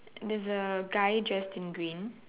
there's a guy dress in green